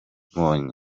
mbondi